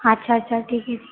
अच्छा अच्छा ठीक आहे